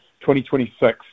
2026